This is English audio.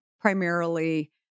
primarily